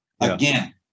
Again